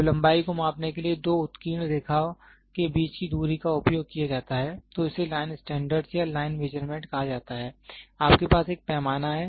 जब लंबाई को मापने के लिए दो उत्कीर्ण रेखा के बीच की दूरी का उपयोग किया जाता है तो इसे लाइन स्टैंडर्ड या लाइन मेजरमेंट्स कहा जाता है आपके पास एक पैमाना है